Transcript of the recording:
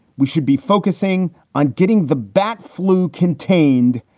we should be focusing on getting the bat flu contained,